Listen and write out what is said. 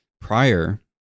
prior